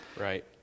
Right